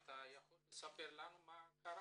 אתה יכול לספר לנו מה קרה